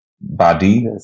body